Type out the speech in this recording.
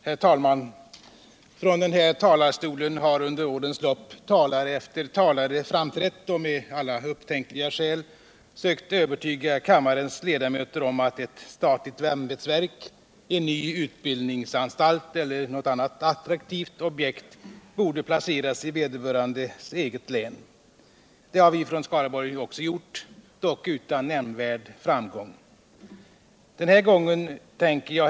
Herr talman! I den här talarstolen har under årens lopp talare efter talare framträtt och med alla upptänkliga skäl sökt övertyga kammarens ledamöter om att ett statligt ämbetsverk. en ny utbildningsanstalt eller något annat attraktivt objekt borde placeras i vederbörandes eget län. Det har vi från Skaraborgs län också gjort — dock utan nämnvärd framgång. Den här gången tänker jag.